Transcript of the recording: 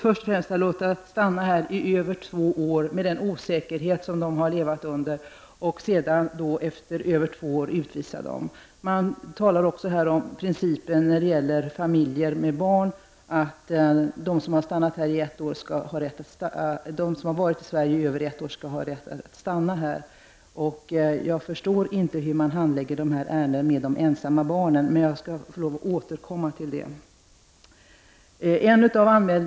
Först har man låtit dem stanna här i över två år, med den osäkerhet som detta innebär, och sedan utvisar man dem alltså efter över två år. Man talar i detta sammanhang om principen som gäller familjer med barn, nämligen att de som har varit i Sverige i över ett år skall ha rätt att stanna här. Jag förstår inte hur man handlägger dessa ärenden som rör ensamma barn. Jag ber att få återkomma till denna fråga.